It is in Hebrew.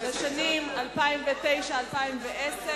לשנים 2009 ו- 2010),